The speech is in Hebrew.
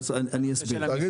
אז אני אסביר.